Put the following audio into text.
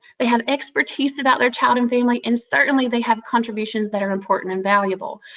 they have expertise about their child and family and certainly they have contributions that are important and valuable.